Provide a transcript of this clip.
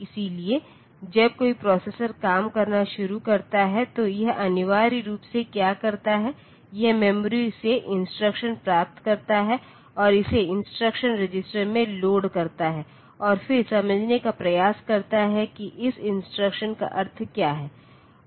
इसलिए जब कोई प्रोसेसर काम करना शुरू करता है तो यह अनिवार्य रूप से क्या करता है यह मेमोरी से इंस्ट्रक्शन प्राप्त करता है और इसे इंस्ट्रक्शन रजिस्टर में लोड करता है और फिर समझने का प्रयास करता है कि इस इंस्ट्रक्शन का अर्थ क्या है